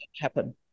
happen